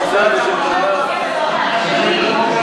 אבל אתה יכול לשנות את ההחלטה.